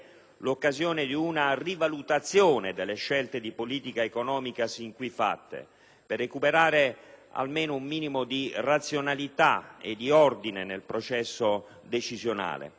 l'occasione di una rivalutazione delle scelte di politica economica sin qui fatte per recuperare almeno un minimo di razionalità e di ordine nel processo decisionale,